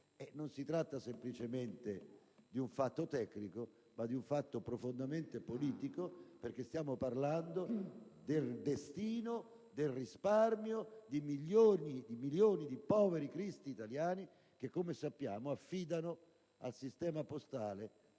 Non si tratta semplicemente di un fatto tecnico, ma di un fatto profondamente politico: stiamo parlando, infatti, del destino del risparmio di milioni e milioni di poveri cristi italiani che, come sappiamo, affidano al sistema postale